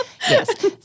Yes